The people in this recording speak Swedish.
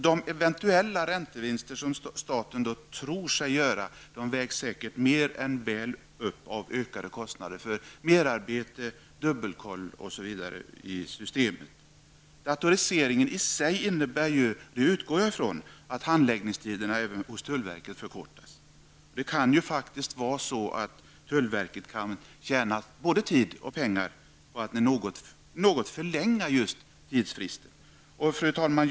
De eventuella räntevinster som staten tror sig göra vägs säkert mer än väl upp av ökade kostnader för merarbete, dubbelkoll osv. i systemet. Datoriseringen i sig innebär ju -- det utgår jag ifrån -- att handläggningstiderna även hos tullverket förkortas. Det kan faktiskt vara så att tullverket tjänar både tid och pengar på att något förlänga tidsfristen. Fru talman!